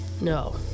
No